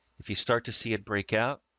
if you start to see it break out,